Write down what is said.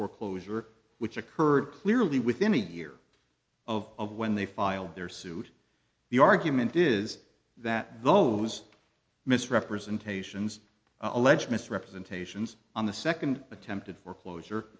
foreclosure which occurred clearly within a year of of when they filed their suit the argument is that those misrepresentations allege misrepresentations on the second attempted foreclosure